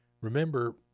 Remember